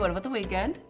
what about the weekend.